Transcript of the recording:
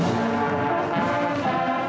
ah